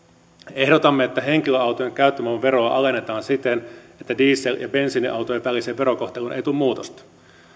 ehdotamme että henkilöautojen käyttövoimaveroa alennetaan siten että diesel ja bensiiniautojen väliseen verokohteluun ei tule muutosta